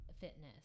fitness